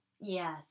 Yes